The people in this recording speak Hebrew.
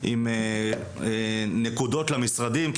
עם נקודות למשרדים,